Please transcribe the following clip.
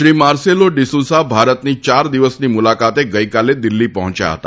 Shri Marcelo de Sousa ભારતની ચાર દિવસની મુલાકાતે ગઈકાલે દિલ્ફી પર્હોચ્યા હતા